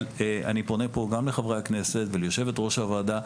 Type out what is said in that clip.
אבל אני פונה כאן גם לחברי הכנסת וליושבת-ראש הוועדה,